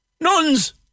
Nuns